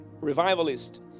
Revivalist